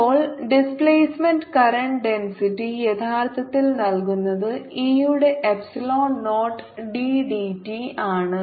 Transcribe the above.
ഇപ്പോൾ displacement current density യഥാർത്ഥത്തിൽ നൽകുന്നത് E യുടെ എപ്സിലോൺ നോട്ട് d dt ആണ്